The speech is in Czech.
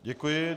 Děkuji.